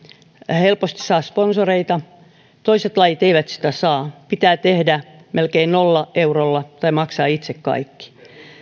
helposti saa sponsoreita toiset lajit eivät sitä saa pitää tehdä melkein nollalla eurolla tai maksaa itse kaikki